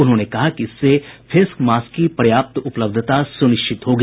उन्होंने कहा कि इससे फेस मास्क की पर्याप्त उपलब्धता सुनिश्चित होगी